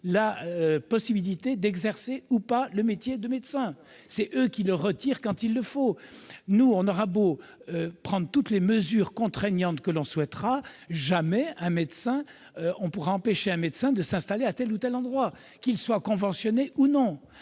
la possibilité d'exercer le métier de médecin et qui la retire quand il le faut. Nous aurons beau prendre toutes les mesures contraignantes que nous souhaiterons, jamais nous ne pourrons empêcher un médecin de s'installer à tel ou tel endroit, qu'il soit conventionné ou non.